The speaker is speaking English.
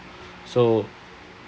so